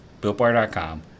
BuiltBar.com